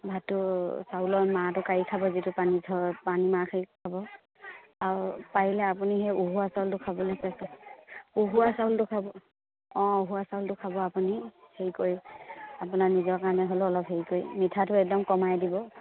ভাতটো চাউলৰ মাৰটো কঢ়ি খাব যিটো পানী ধৰত পানী মাৰা সেই খাব আৰু পাৰিলে আপুনি সেই উহোৱা চাউলটো খাবলৈ চেষ্টা উহোৱা চাউলটো খাব অঁ উহোৱা চাউলটো খাব আপুনি হেৰি কৰি আপোনাৰ নিজৰ কাৰণে হ'লেও অলপ হেৰি কৰি মিঠাটো একদম কমাই দিব